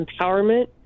Empowerment